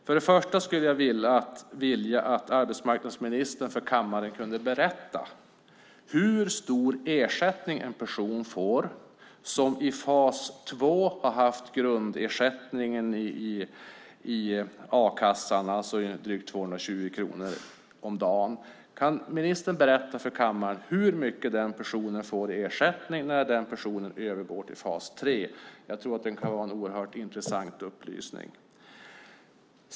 Först och främst vill jag att arbetsmarknadsministern berättar för kammaren hur stor ersättning en person får som i fas 2 har haft grundersättningen i a-kassan, drygt 220 kronor om dagen, när den personen övergår till fas 3. Det kan vara en oerhört intressant upplysning.